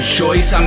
choice